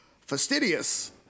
fastidious